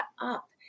up